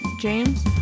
james